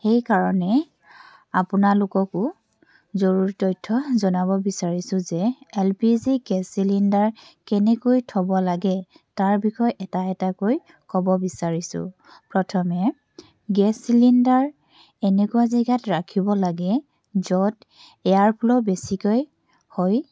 সেইকাৰণে আপোনালোককো জৰুৰী তথ্য জনাব বিচাৰিছোঁ যে L P G gas cylinder কেনেকৈ থ'ব লাগে তাৰ বিষয়ে এটা এটাকৈ ক'ব বিচাৰিছোঁ প্ৰথমে গেছ চিলিণ্ডাৰ এনেকুৱা জেগাত ৰাখিব লাগে য'ত এয়াৰ ফ্ল' বেছিকৈ হয়